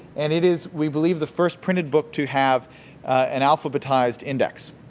and it is, we believe, the first printed book to have an alphabetized index.